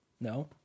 No